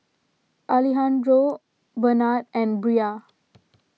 Alejandro Benard and Bria